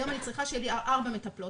היום אני צריכה שיהיו לי ארבע מטפלות.